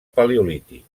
paleolític